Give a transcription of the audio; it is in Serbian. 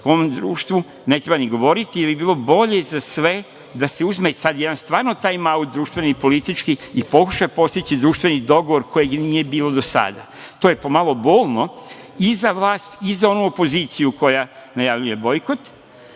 u ovom društvu ne treba ni govoriti, jer bi bilo bolje za sve da se uzme sad jedan stvarno tajmaut društveni i politički i pokuša postići društveni dogovor, kojeg nije bilo do sada. To je pomalo bolno i za vlast i za onu opoziciju koja najavljuje bojkot